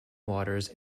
waters